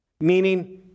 Meaning